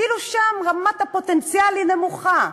כאילו שם רמת הפוטנציאל היא נמוכה.